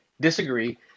disagree